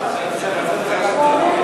(שותק)